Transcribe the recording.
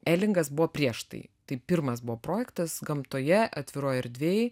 elingas buvo prieš tai tai pirmas buvo projektas gamtoje atviroj erdvėj